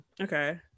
okay